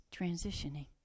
transitioning